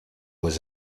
was